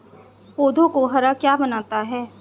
पौधों को हरा क्या बनाता है?